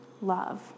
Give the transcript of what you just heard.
love